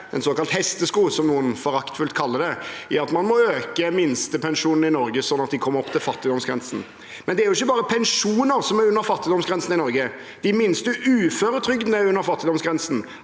en såkalt hestesko, som noen foraktfullt kaller det – at man må øke minstepensjonen i Norge, slik at den kommer opp til fattigdomsgrensen. Det er imidlertid ikke bare pensjoner som er under fattigdomsgrensen i Norge. De laveste uføretrygdene er under fattigdomsgrensen,